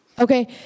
Okay